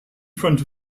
front